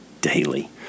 daily